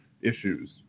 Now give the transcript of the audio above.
issues